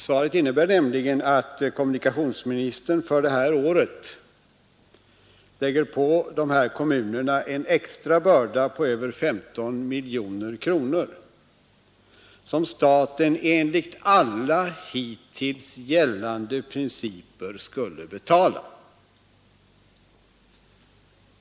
Svaret innebär nämligen att kommunikationsministern för detta år lägger på dessa kommuner en extra börda på över 15 miljoner kronor, som staten enligt alla hittills gällande principer skulle betala.